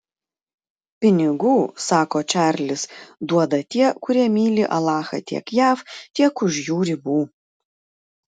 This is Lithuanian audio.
pinigų sako čarlis duoda tie kurie myli alachą tiek jav tiek už jų ribų